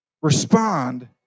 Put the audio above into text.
Respond